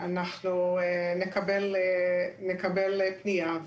אנחנו נקבל פנייה,